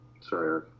Sorry